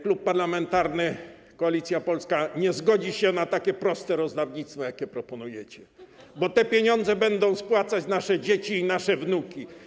Klub Parlamentarny Koalicja Polska nie zgodzi się na takie proste rozdawnictwo, jakie proponujecie, bo te pieniądze będą spłacać, oddawać nasze dzieci i wnuki.